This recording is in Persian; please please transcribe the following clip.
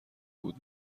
بود